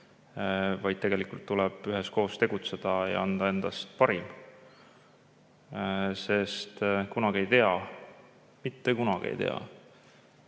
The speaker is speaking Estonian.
vaid tegelikult tuleb üheskoos tegutseda ja anda endast parim, sest kunagi ei tea. Mitte kunagi ei tea.